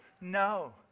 No